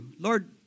Lord